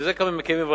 בשביל זה קמה ועדה.